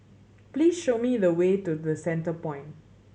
please show me the way to The Centrepoint